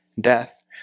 death